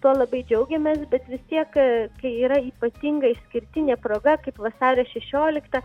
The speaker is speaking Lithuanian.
tuo labai džiaugiamės bet vis tiek aaa kai yra ypatinga išskirtinė proga kaip vasario šešiolikta